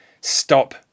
Stop